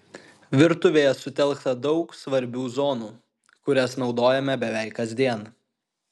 virtuvėje sutelkta daug svarbių zonų kurias naudojame beveik kasdien